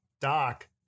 Doc